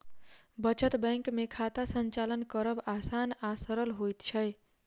बचत बैंक मे खाता संचालन करब आसान आ सरल होइत छै